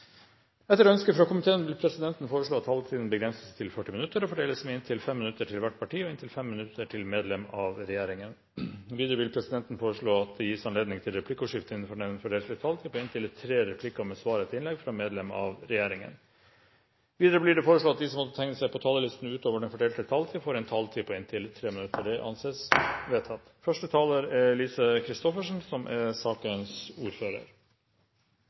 Etter ønske fra kommunal- og forvaltningskomiteen vil presidenten foreslå at taletiden begrenses til 40 minutter og fordeles med inntil 5 minutter til hvert parti og inntil 5 minutter til medlem av regjeringen. Videre vil presidenten foreslå at det gis anledning til replikkordskifte på inntil tre replikker med svar etter innlegg fra medlem av regjeringen innenfor den fordelte taletid. Videre blir det foreslått at de som måtte tegne seg på talerlisten utover den fordelte taletid, får en taletid på inntil 3 minutter. – Det anses vedtatt.